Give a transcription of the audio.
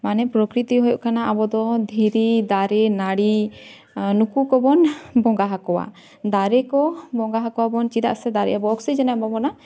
ᱢᱟᱱᱮ ᱯᱨᱚᱠᱨᱤᱛᱤ ᱦᱩᱭᱩᱜ ᱠᱟᱱᱟ ᱟᱵᱚ ᱫᱚ ᱫᱷᱤᱨᱤ ᱫᱟᱨᱮ ᱱᱟᱹᱲᱤ ᱱᱩᱠᱩ ᱠᱚᱵᱚᱱ ᱵᱚᱸᱜᱟ ᱟᱠᱚᱣᱟ ᱫᱟᱨᱮ ᱠᱚ ᱵᱚᱸᱜᱟ ᱟᱠᱚᱣᱟᱵᱚᱱ ᱪᱮᱫᱟᱜ ᱥᱮ ᱫᱟᱨᱮ ᱟᱵᱚ ᱚᱠᱥᱤᱡᱮᱱ ᱮ ᱮᱢᱟᱵᱚᱱᱟ